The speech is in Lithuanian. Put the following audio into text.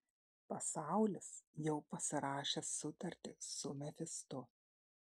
pasaulis jau pasirašė sutartį su mefistu